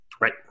Right